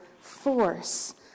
force